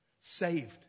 saved